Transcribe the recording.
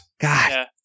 God